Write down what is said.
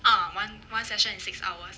uh one one session is six hours